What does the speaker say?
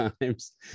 times